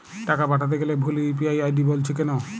টাকা পাঠাতে গেলে ভুল ইউ.পি.আই আই.ডি বলছে কেনো?